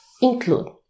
include